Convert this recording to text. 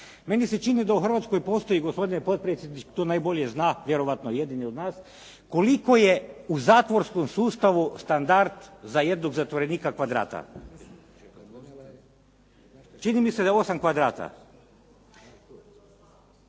Meni se čini da u Hrvatskoj postoji, gospodine potpredsjedniče, to najbolje zna, vjerojatno jedini od nas, koliko je u zatvorskom sustavu standard za jednog zatvorenika kvadrata. Čini mi se da je 8 kvadrata.